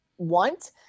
want